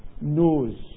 knows